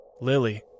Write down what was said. Lily